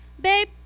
babe